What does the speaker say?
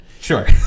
Sure